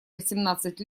восемнадцать